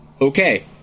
okay